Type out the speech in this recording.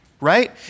right